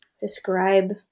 describe